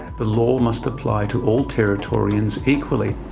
the law must apply to all territorians equally.